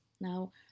Now